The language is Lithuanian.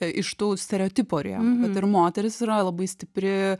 iš tų stereotipo rėmų kad ir moteris yra labai stipri